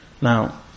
Now